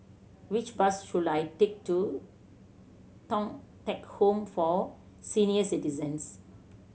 which bus should I take to Thong Teck Home for Senior Citizens